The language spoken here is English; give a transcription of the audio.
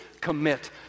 commit